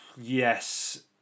Yes